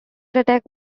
attack